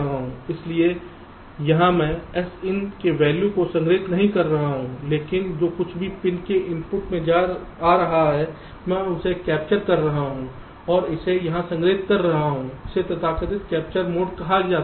इसलिए यहां मैं Sin के वैल्यू को संग्रहीत नहीं कर रहा हूं लेकिन जो कुछ भी पिन के इनपुट से आ रहा है मैं इसे कैप्चर कर रहा हूं और इसे यहां संग्रहीत कर रहा हूं इसे तथाकथित कैप्चर मोड कहा जाता है